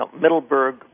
Middleburg